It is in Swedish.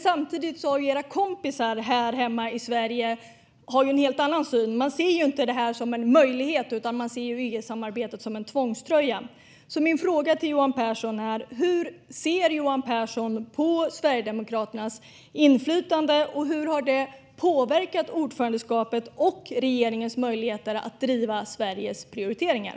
Samtidigt har ju Liberalernas kompisar här hemma i Sverige en helt annan syn - de ser inte detta som en möjlighet, utan de ser EU-samarbetet som en tvångströja. Jag vill fråga Johan Pehrson hur han ser på Sverigedemokraternas inflytande samt hur detta har påverkat ordförandeskapet och regeringens möjligheter att driva Sveriges prioriteringar.